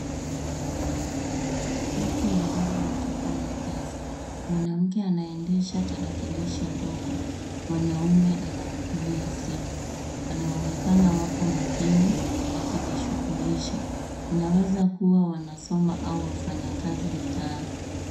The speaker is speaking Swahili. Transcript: Watu wawili wakifanya kazi mwanamke anaendesha tarakilishi ndogo mwanaume anatumia simu wanaonekana wako makini wakijishughulisha inaweza kuwa wanasoma.au wafanyikazi mtaani.